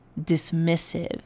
dismissive